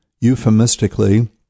euphemistically